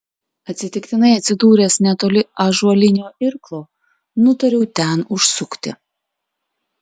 atsitiktinai atsidūręs netoli ąžuolinio irklo nutariau ten užsukti